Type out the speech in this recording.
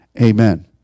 Amen